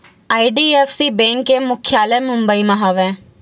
IDFC bank के मुख्यालय मुबई म हवय